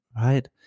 right